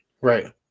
Right